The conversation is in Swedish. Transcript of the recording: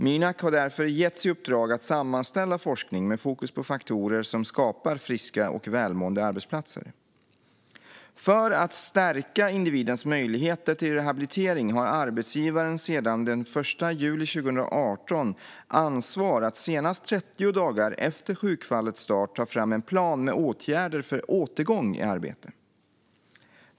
Mynak har därför getts i uppdrag att sammanställa forskning med fokus på faktorer som skapar friska och välmående arbetsplatser. För att stärka individens möjligheter till rehabilitering har arbetsgivaren sedan den 1 juli 2018 ansvar att senast 30 dagar efter sjukfallets start ta fram en plan med åtgärder för återgång i arbete.